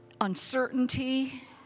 uncertainty